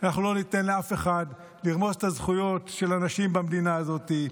אנחנו לא ניתן לאף אחד לרמוס את הזכויות של הנשים במדינה הזאת.